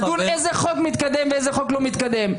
נדון איזה חוק מתקדם ואיזה חוק לא מתקדם,